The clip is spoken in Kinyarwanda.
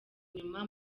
inyuma